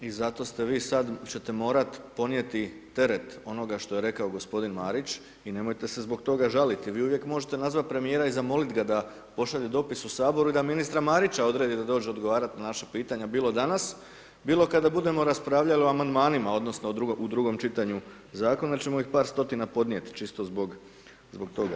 I zato ste vi sad, ćete morati ponijeti teret onoga što je rekao gospodin Marić i nemojte se zbog toga žaliti, vi uvijek možete nazvati premijera i zamoliti ga da pošalje dopis u Sabor i da ministra Marića odredi da dođe odgovarati na naša pitanja bilo danas, bilo kada budemo raspravljali o amandmanima odnosno u drugom čitanju zakona jer ćemo ih par stotina podnijeti, čisto zbog toga.